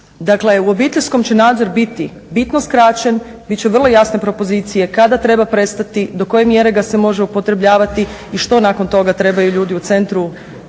Dakle, u obiteljskom će nadzor biti bitno skraćen, bit će vrlo jasne propozicije kada treba prestati, do koje mjere ga se može upotrebljavati i što nakon toga trebaju ljudi u centru